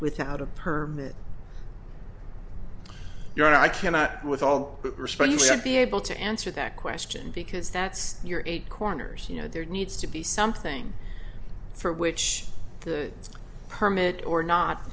without a permit yet i cannot with all respect you should be able to answer that question because that's your eight corners you know there needs to be something for which the permit or not